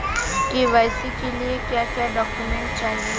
KYC के लिए क्या क्या डॉक्यूमेंट चाहिए?